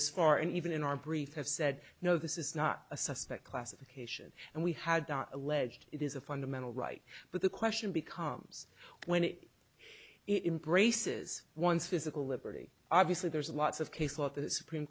this far and even in our brief have said no this is not a suspect classification and we had alleged it is a fundamental right but the question becomes when it in braces one's physical liberty obviously there's lots of